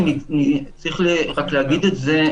צריך רק להגיד את זה,